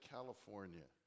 California